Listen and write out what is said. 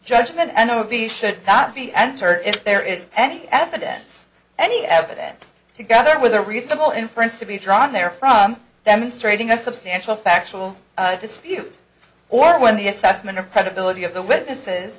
judgement and i would be should not be entered if there is any evidence any evidence together with a reasonable inference to be drawn there from demonstrating a substantial factual dispute or when the assessment of credibility of the witnesses